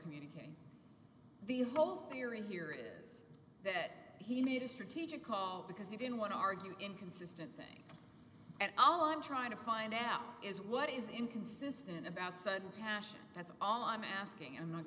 commuting the whole theory here is that he made a strategic call because he didn't want to argue inconsistent and all i'm trying to find out is what is inconsistent about said passion that's all i'm asking and not